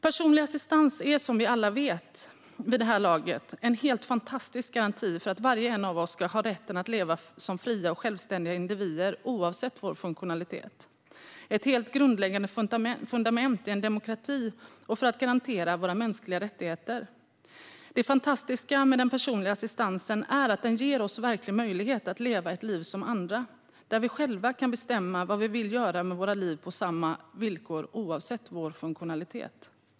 Personlig assistans är, som vi alla vid det här laget vet, en helt fantastisk garanti för att var och en av oss ska ha rätten att leva som en fri och självständig individ, oavsett vår funktionalitet. Det är helt grundläggande i en demokrati och för att garantera våra mänskliga rättigheter. Det fantastiska med den personliga assistansen är att den ger oss verklig möjlighet att leva ett liv som andra och själva bestämma vad vi vill göra med våra liv på samma villkor, oavsett vår funktionalitet.